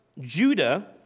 Judah